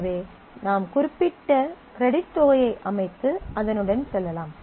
எனவே நாம் ஒரு குறிப்பிட்ட கிரெடிட் தொகையை அமைத்து அதனுடன் செல்லலாம்